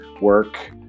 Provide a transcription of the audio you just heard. work